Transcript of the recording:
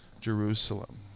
Jerusalem